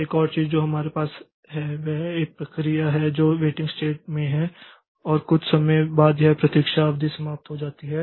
एक और चीज जो हमारे पास है वह एक प्रक्रिया है जो वेटिंग स्टेट में है और कुछ समय बाद यह प्रतीक्षा अवधि समाप्त हो जाती है